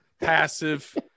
passive